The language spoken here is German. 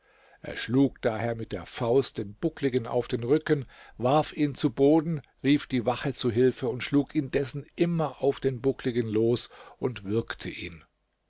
er schlug daher mit der faust den buckligen auf den rücken warf ihn zu boden rief die wache zu hilfe und schlug indessen immer auf den buckligen los und würgte ihn